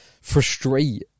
frustrate